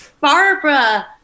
Barbara